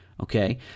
Okay